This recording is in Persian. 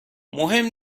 مهم